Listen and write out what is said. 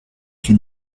que